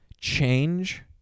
change